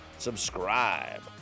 subscribe